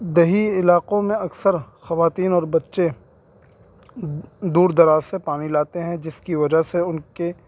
دیہی علاقوں میں اکثر خواتین اور بچے دور دراز سے پانی لاتے ہیں جس کی وجہ سے ان کے